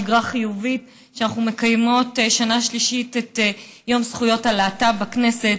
שגרה חיובית שאנחנו מקיימות שנה שלישית את יום זכויות הלהט"ב בכנסת,